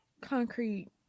Concrete